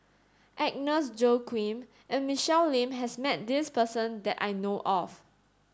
Agnes Joaquim and Michelle Lim has met this person that I know of